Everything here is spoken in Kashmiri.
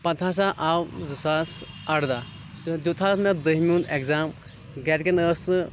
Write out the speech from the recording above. پَتہٕ ہسا آو زٕ ساس اَردہ تہٕ دیُت حظ مےٚ دٔہمہِ ہُنٛد اٮ۪کزام گرِکٮ۪ن ٲسۍ نہٕ